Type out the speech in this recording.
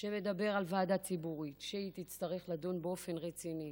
שמדבר על ועדה ציבורית שתצטרך לדון באופן רציני